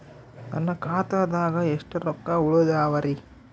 ನನ್ನ ಖಾತಾದಾಗ ಎಷ್ಟ ರೊಕ್ಕ ಉಳದಾವರಿ?